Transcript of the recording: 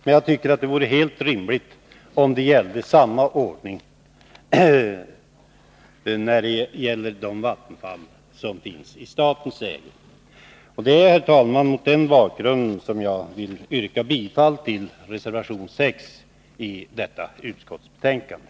Men jag tycker att det vore helt rimligt om samma ordning gällde de vattenfall som är i statens ägo. Herr talman! Mot bakgrund av detta yrkar jag bifall till reservation 6 vid näringsutskottets betänkande.